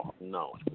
no